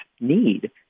need